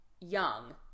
young